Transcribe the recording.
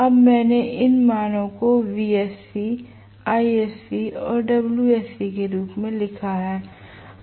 अब मैंने इन मानों को Vsc Isc और Wsc के रूप में लिखा है